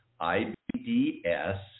IBDS